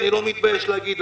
אני לא מתבייש להגיד,